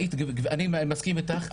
אני מסכים איתך,